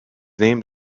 named